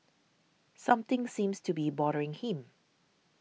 something seems to be bothering him